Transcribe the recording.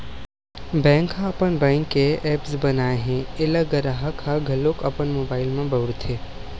bank ह अपन bank के ऐप्स बनाए हे एला गराहक ह घलोक अपन मोबाइल म बउरथे